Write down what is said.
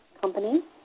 company